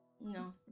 no